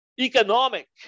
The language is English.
economic